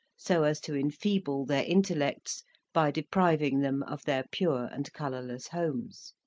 so as to enfeeble their intellects by depriving them of their pure and colourless homes.